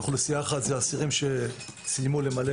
אוכלוסייה אחרת זה אסירים שסיימו למלא